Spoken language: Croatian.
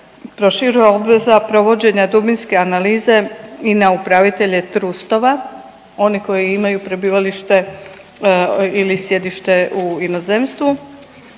proširuje obveza provođenja dubinske analize i na upravitelje trustova, oni koji imaju prebivalište ili sjedište u inozemstvu